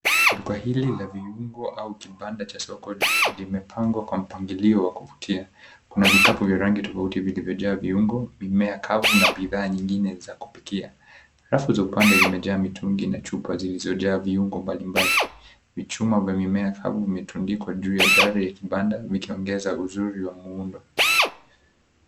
Duka hili la viungo au kibanda cha soko limepangwa kwa mpangilio wa kuvutia. Kuna vikapu vya rangi tofauti vilivyojaa viungo, mimea kavu na bidhaa nyingine za kupikia. Rafu za upande zimejaa mitungi na chupa zilizojaa viungo mbalimbali. Vichuma vya mimea kama vimetundikwa juu ya dari ya kibanda vikiongeza uzuri wa muundo.